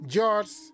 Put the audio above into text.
George